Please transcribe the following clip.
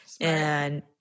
And-